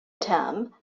term